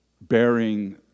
bearing